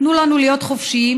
תנו לנו להיות חופשיים,